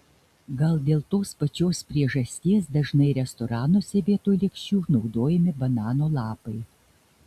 gal dėl tos pačios priežasties dažnai restoranuose vietoj lėkščių naudojami banano lapai